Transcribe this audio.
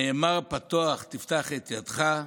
נאמר "פתוח תפתח את ידך",